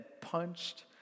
punched